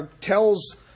tells